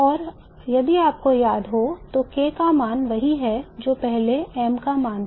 और यदि आपको याद हो तो K का मान वही है जो पहले m का मान था